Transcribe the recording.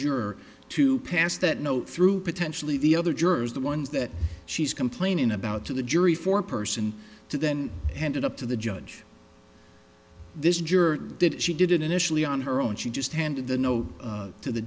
juror to pass that note through potentially the other jurors the ones that she's complaining about to the jury for person to then handed up to the judge this juror did she didn't initially on her own she just handed the note to the